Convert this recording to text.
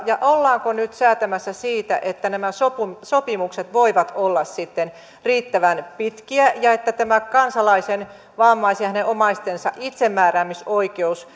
ja ollaanko nyt säätämässä siitä että nämä sopimukset sopimukset voivat olla sitten riittävän pitkiä ja että tämä kansalaisen vammaisen ja hänen omaistensa itsemääräämisoikeus